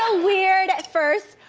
ah weird at first,